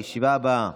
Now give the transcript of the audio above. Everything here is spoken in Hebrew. הישיבה הבאה